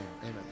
Amen